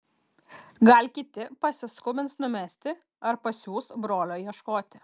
gal kiti pasiskubins numesti ar pasiųs brolio ieškoti